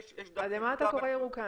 למה אתה קורא ירוקה?